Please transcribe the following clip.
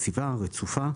יציבה, רצופה,